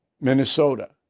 Minnesota